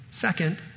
second